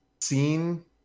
scene